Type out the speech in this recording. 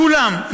כולם,